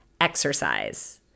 Exercise